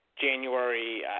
January